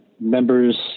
members